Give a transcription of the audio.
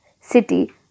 city